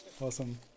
Awesome